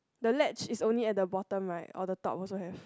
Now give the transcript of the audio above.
the latch is only at the bottom right or the top also have